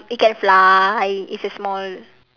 it can fly it's a small